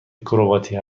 کرواتی